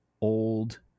old